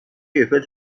ایفل